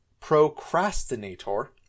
procrastinator